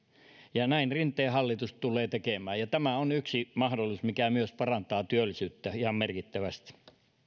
näin rinteen hallitus tulee tekemään ja tämä on yksi mahdollisuus mikä myös parantaa työllisyyttä ihan merkittävästi